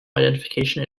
identification